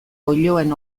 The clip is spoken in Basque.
oiloen